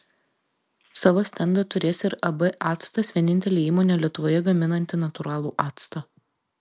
savo stendą turės ir ab actas vienintelė įmonė lietuvoje gaminanti natūralų actą